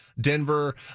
Denver